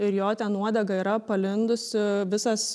ir jo ten uodega yra palindusi visas